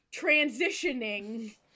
transitioning